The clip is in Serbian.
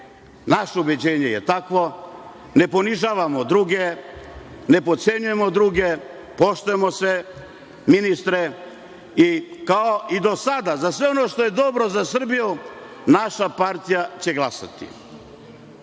Naše ubeđenje je tako. Ne ponižavamo druge. Ne potcenjujemo druge, poštujemo sve ministre i kao do sada, za sve ono što je dobro za Srbiju, naša partija će glasati. Znate